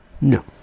No